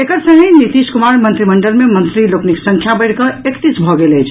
एकर संगहि नीतीश कुमार मंत्रिमंडल मे मंत्री लोकनिक संख्या बढ़िकऽ एकतीस भऽ गेल अछि